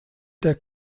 der